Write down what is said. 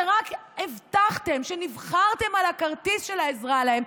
שרק הבטחתם ונבחרתם על הכרטיס של העזרה להם,